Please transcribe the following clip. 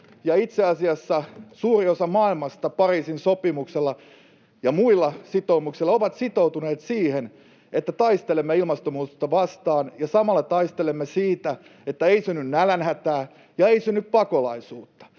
itse asiassa suuri osa maailmasta Pariisin sopimuksella ja muilla sitoumuksilla ovat sitoutuneet siihen, että taistelemme ilmastonmuutosta vastaan ja samalla taistelemme siitä, että ei synny nälänhätää ja ei synny pakolaisuutta.